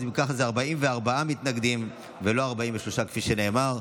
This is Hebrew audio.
אזי בהצבעה היו 44 מתנגדים ולא 43 כפי שנאמר.